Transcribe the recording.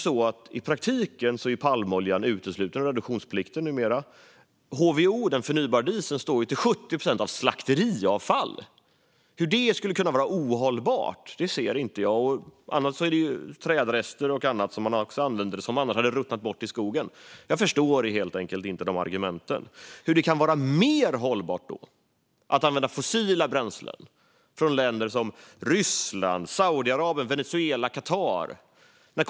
I praktiken är palmoljan numera utesluten ur reduktionsplikten. HVO, den förnybara dieseln, består till 70 procent av slakteriavfall. Hur det skulle kunna vara ohållbart ser inte jag. Trädrester och annat som annars hade ruttnat bort i skogen används också. Jag förstår helt enkelt inte argumenten. Hur kan det vara mer hållbart att använda fossila bränslen från länder som Ryssland, Saudiarabien, Venezuela och Qatar?